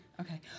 okay